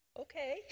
okay